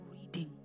reading